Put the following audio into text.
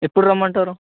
ఎప్పుడు రమ్మంటారు